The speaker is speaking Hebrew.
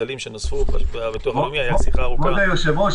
מובטלים שנוספו -- כבוד היושב-ראש,